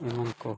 ᱱᱚᱣᱟ ᱠᱚ